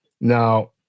now